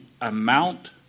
amount